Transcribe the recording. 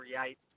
create